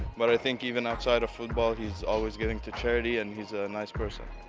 but i think even outside of football he's always giving to charity and he's a and nice person.